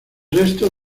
resto